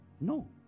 No